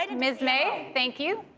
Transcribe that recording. and ms. may, thank you.